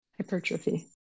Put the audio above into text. Hypertrophy